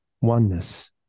oneness